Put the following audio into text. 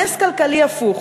נס כלכלי הפוך.